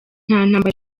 ntambara